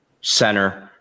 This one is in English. center